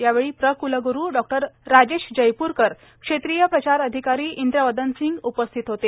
यावेळी प्रकुलगुरु डॉ राजेश जयपूरकर क्षेत्रीय प्रचार अधिकारी इंद्रवदनसिंह उपस्थित होते